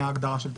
מההגדרה של תאגיד.